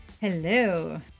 Hello